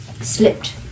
slipped